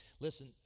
Listen